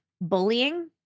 bullying